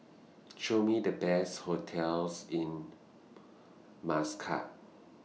Show Me The Best hotels in Muscat